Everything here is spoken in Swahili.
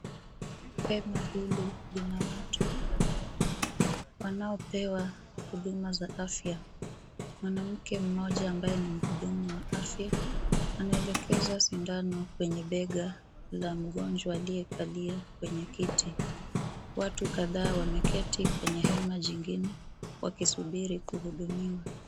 Hema hili lina watu kadhaa wanaopewa huduma za afya. Mwanamke mmoja ambaye ni mhudumu wa afya anaelekeza sindano kwenye bega la mgonjwa aliyekalia kwenye kiti. Watu kadhaa wameketi kwenye hema jingine wakisubiri kuhudumiwa.